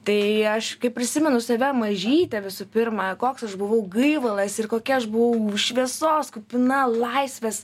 tai aš prisimenu save mažytę visų pirma koks aš buvau gaivalas ir kokia aš buvau šviesos kupina laisvės